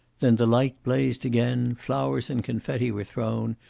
then the light blazed again, flowers and confetti were thrown,